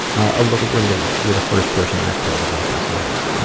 a little relieved. you're the first person i've told about these events.